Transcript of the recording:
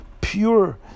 pure